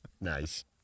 Nice